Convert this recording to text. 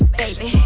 baby